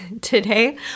today